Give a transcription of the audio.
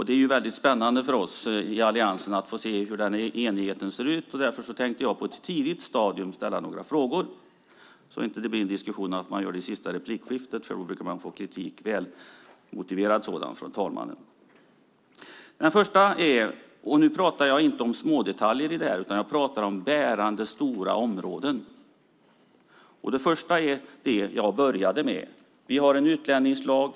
Det är väldigt spännande för oss i Alliansen att få se hur den enigheten ser ut, och därför tänkte jag på ett tidigt stadium ställa några frågor. Annars kan det bli en diskussion om att man gör det i sista replikskiftet, och då brukar man få kritik - välmotiverad sådan - från talmannen. Nu pratar jag inte om smådetaljer i det här utan om bärande, stora områden. Det första är det jag började med. Vi har en utlänningslag.